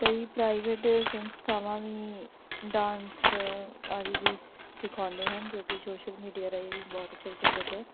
ਕਈ ਪ੍ਰਾਈਵੇਟ ਸੰਸਥਾਵਾਂ ਵੀ ਡਾਂਸ ਆਦਿ ਵੀ ਸਿਖਾਉਂਦੇ ਹਨ ਜੋ ਕਿ ਸ਼ੋਸ਼ਲ ਮੀਡੀਆ ਰਾਹੀਂ ਵੀ ਬਹੁਤ ਪ੍ਰਚਲਿਤ ਹੈ